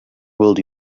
would